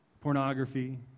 pornography